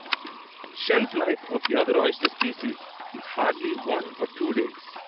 shelf life of the other oyster species is hardly one or two days.